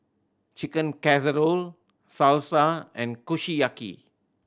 Chicken Casserole Salsa and Kushiyaki